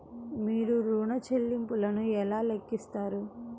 మీరు ఋణ ల్లింపులను ఎలా లెక్కిస్తారు?